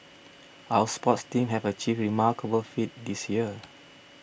our sports teams have achieved remarkable feats this year